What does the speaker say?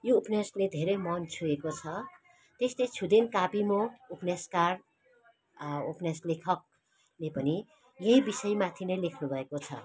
यो उपन्यासले धेरै मन छोएको छ त्यस्तै छुदेन काबिमो उपन्यासकार उपन्यास लेखकले पनि यही बिषयमाथि नै लेख्नुभएको छ